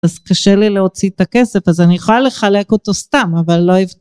אז קשה לי להוציא את הכסף. אז אני יכולה לחלק אותו סתם, אבל לא